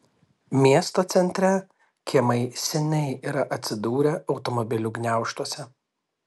miesto centre kiemai seniai yra atsidūrę automobilių gniaužtuose